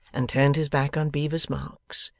and turned his back on bevis marks,